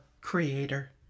Creator